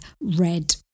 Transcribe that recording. red